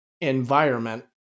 environment